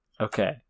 Okay